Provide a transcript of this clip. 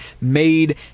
made